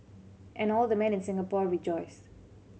and all the men in Singapore rejoiced